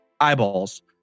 eyeballs